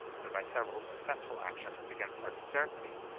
and by several successful actions against artaxerxes,